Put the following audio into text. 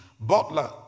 butler